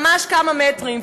ממש כמה מטרים.